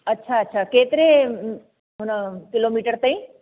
अच्छा अच्छा केतिरे हुन किलोमीटर ते